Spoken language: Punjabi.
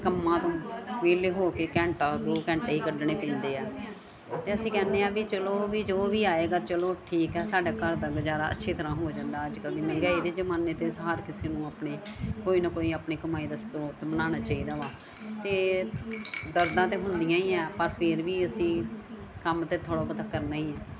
ਕੰਮਾਂ ਤੋਂ ਵਿਹਲੇ ਹੋ ਕੇ ਘੰਟਾ ਦੋ ਘੰਟੇ ਕੱਢਣੇ ਪੈਂਦੇ ਆ ਅਤੇ ਅਸੀਂ ਕਹਿੰਦੇ ਹਾਂ ਵੀ ਚਲੋ ਵੀ ਜੋ ਵੀ ਆਵੇਗਾ ਚਲੋ ਠੀਕ ਆ ਸਾਡੇ ਘਰ ਦਾ ਗੁਜ਼ਾਰਾ ਅੱਛੀ ਤਰ੍ਹਾਂ ਹੋ ਜਾਂਦਾ ਅੱਜ ਕੱਲ੍ਹ ਦੀ ਮਹਿੰਗਾਈ ਦੇ ਜਮਾਨੇ ਤੇ ਸਾਰ ਕਿਸੇ ਨੂੰ ਆਪਣੇ ਕੋਈ ਨਾ ਕੋਈ ਆਪਣੀ ਕਮਾਈ ਦਾ ਸਰੋਤ ਬਣਾਉਣਾ ਚਾਹੀਦਾ ਵਾ ਅਤੇ ਦਰਦਾਂ ਤਾਂ ਹੁੰਦੀਆਂ ਹੀ ਆ ਪਰ ਫਿਰ ਵੀ ਅਸੀਂ ਕੰਮ ਤਾਂ ਥੋੜ੍ਹਾ ਬਹੁਤਾ ਕਰਨਾ ਹੀ ਆ